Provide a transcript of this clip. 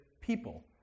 people